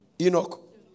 Enoch